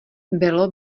bylo